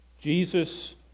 Jesus